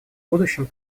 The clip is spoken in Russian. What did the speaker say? будущем